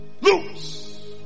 Lose